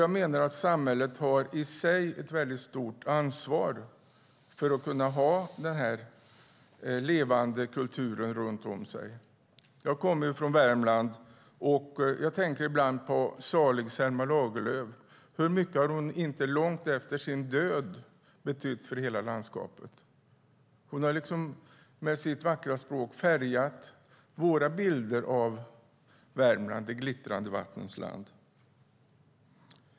Jag menar att samhället i sig har ett stort ansvar för den levande kulturen. Jag kommer från Värmland. Jag tänker ibland på salig Selma Lagerlöf. Hur mycket har hon inte långt efter sin död betytt för hela landskapet. Hon har med sitt vackra språk färgat våra bilder av Värmland - det glittrande vattnets land.